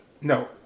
No